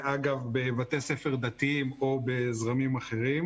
גם בישראל מנהיגה ראשונה וגם בעולם המערבי,